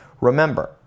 Remember